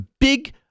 big